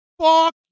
Fuck